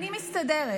אני מסתדרת,